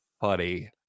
funny